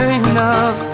enough